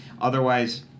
Otherwise